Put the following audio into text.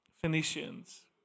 Phoenicians